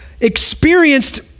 experienced